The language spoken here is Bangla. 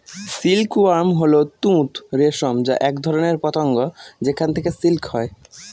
সিল্ক ওয়ার্ম হল তুঁত রেশম যা এক ধরনের পতঙ্গ যেখান থেকে সিল্ক হয়